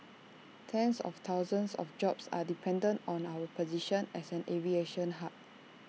tens of thousands of jobs are dependent on our position as an aviation hub